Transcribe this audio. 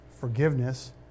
forgiveness